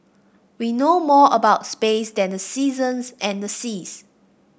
we know more about space than the seasons and the seas